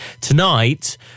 tonight